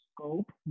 scope